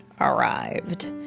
arrived